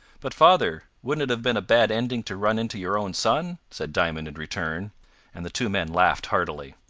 but, father, wouldn't it have been a bad ending to run into your own son? said diamond in return and the two men laughed heartily.